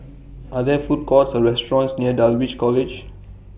Are There Food Courts Or restaurants near Dulwich College